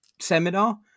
seminar